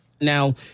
now—